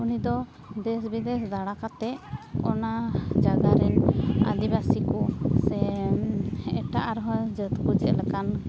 ᱩᱱᱤ ᱫᱚ ᱫᱮᱥ ᱵᱤᱫᱮᱥ ᱫᱟᱲᱟ ᱠᱟᱛᱮ ᱚᱱᱟ ᱡᱟᱜᱟ ᱨᱮᱱ ᱟᱹᱫᱤᱵᱟᱹᱥᱤ ᱠᱚ ᱥᱮ ᱮᱴᱟᱜ ᱟᱨᱦᱚᱸ ᱡᱟᱹᱛᱤ ᱠᱚ ᱪᱮᱫ ᱞᱮᱠᱟᱱ